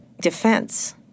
defense